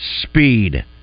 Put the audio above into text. speed